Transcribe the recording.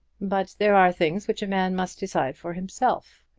but there are things which a man must decide for himself.